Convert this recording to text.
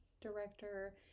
director